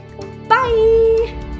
Bye